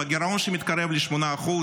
והגירעון שמתקרב ל-8%,